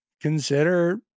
consider